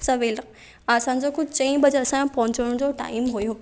सवेल असांजो कुझु चईं बजे असांजो पहुचण जो टाईम हुयो